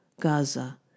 Gaza